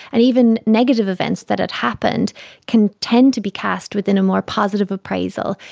and even negative events that had happened can tend to be cast within a more positive appraisal,